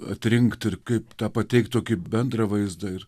atrinkt ir kaip tą pateikt tokį bendrą vaizdą ir